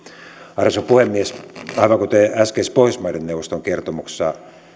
arvoisa puhemies aivan kuten äskeisessä pohjoismaiden neuvoston kertomuksessa